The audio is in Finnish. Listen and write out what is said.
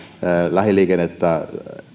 lähiliikennettä